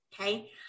Okay